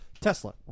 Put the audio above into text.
Tesla